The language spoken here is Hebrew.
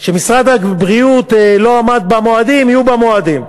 שמשרד הבריאות לא עמד במועדים שלהן, יהיו במועדים.